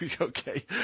okay